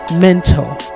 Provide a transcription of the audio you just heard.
mental